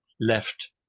left